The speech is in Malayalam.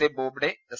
A Bobde S